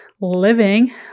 living